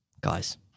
guys